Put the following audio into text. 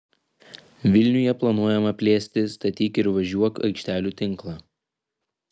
vilniuje planuojama plėsti statyk ir važiuok aikštelių tinklą